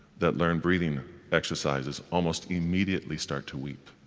that learn breathing exercises, almost immediately start to weep.